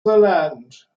land